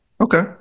Okay